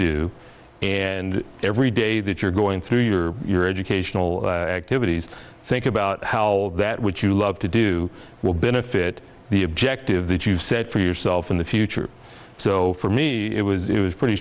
do and every day that you're going through your your educational activities think about how that which you love to do will benefit the objective that you've set for yourself in the future so for me it was it was pretty